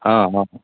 हँ आबू